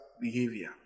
behavior